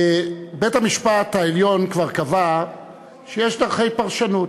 בית-המשפט העליון כבר קבע שיש דרכי פרשנות,